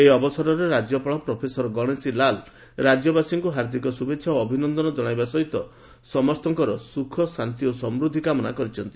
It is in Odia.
ଏହି ଅବସରରେ ରାଜ୍ୟପାଳ ପ୍ରଫେସର ଗଣେଶୀଲାଲ ରାଜ୍ୟବାସୀଙ୍କୁ ହାର୍ଦିକ ଶୁଭେଛା ଓ ଅଭିନନନ ଜଣାଇବା ସହିତ ସମସ୍ତଙ୍କର ସୁଖ ଶାନ୍ତି ଓ ସମୃଦ୍ଧି କାମନା କରିଛନ୍ତି